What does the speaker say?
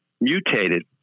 mutated